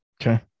Okay